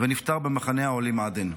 ונפטר במחנה העולים עדן.